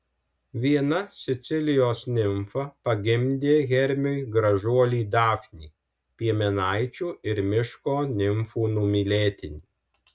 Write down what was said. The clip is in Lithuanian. viena sicilijos nimfa pagimdė hermiui gražuolį dafnį piemenaičių ir miško nimfų numylėtinį